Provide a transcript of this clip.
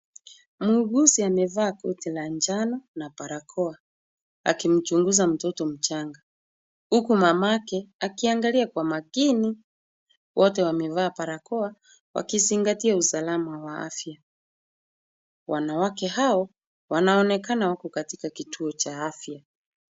Muuguzi amevaa koti la njano na barakoa akimchunguza mtoto mchanga huku mamake akiangalia kwa makini. Wote wamevaa barakoa wakizingatia usalama wa afya. Wanawake hao wanaonekana wako katika kituo cha afya.